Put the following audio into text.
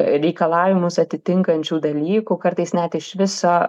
reikalavimus atitinkančių dalykų kartais net iš viso